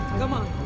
come on.